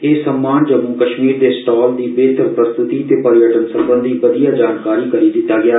एह सम्मान जम्मू कश्मीर दे स्टाल दी बेहतर प्रस्त्ति ते पर्यटन सरबंधी बदिया जानकारी करी दिता गेया